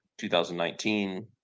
2019